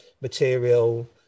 material